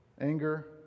anger